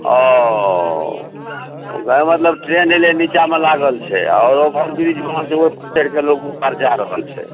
ओ तऽ उहए मतलब ट्रेन एलै निच्चामे लागल छै आओर ओभर ब्रीज महक जे ओहिपर चढ़ि कऽ लोक ओहि पार जा रहल छै